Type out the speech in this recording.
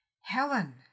Helen